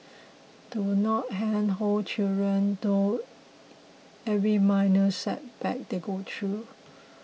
do not handhold children through every minor setback they go through